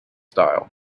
style